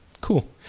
cool